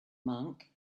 monk